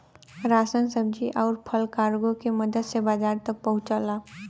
ration सब्जी आउर फल कार्गो के मदद से बाजार तक पहुंचला